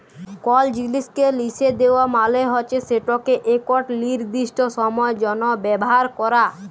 call জিলিসকে লিসে দেওয়া মালে হচ্যে সেটকে একট লিরদিস্ট সময়ের জ্যনহ ব্যাভার ক্যরা